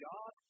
God